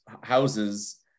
houses